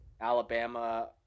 Alabama